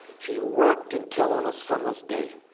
she worked until, on a summer's day,